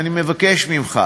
אני מבקש ממך